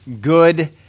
good